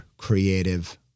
creative